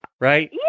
right